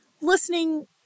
listening